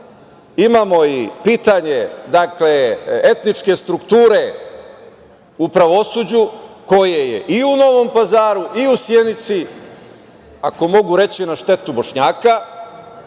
imamo i pitanje etničke strukture u pravosuđu koje je i u Novom Pazaru i u Sjenici, ako mogu reći na štetu Bošnjaka